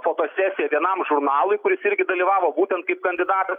fotosesija vienam žurnalui kur jis irgi dalyvavo būtent kaip kandidatas